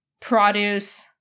produce